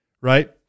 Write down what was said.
right